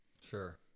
Sure